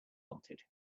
wanted